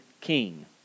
king